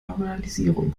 normalisierung